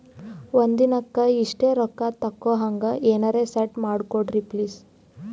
ಒಂದಿನಕ್ಕ ಇಷ್ಟೇ ರೊಕ್ಕ ತಕ್ಕೊಹಂಗ ಎನೆರೆ ಸೆಟ್ ಮಾಡಕೋಡ್ರಿ ಪ್ಲೀಜ್?